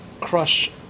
crush